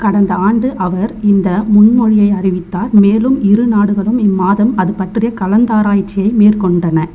கடந்த ஆண்டு அவர் இந்த முன்மொழியை அறிவித்தார் மேலும் இரு நாடுகளும் இம்மாதம் அது பற்றிய கலந்தாராய்ச்சியை மேற்கொண்டன